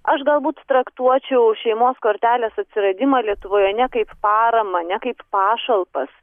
aš galbūt traktuočiau šeimos kortelės atsiradimą lietuvoje ne kaip paramą ne kaip pašalpas